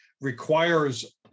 requires